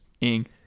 ing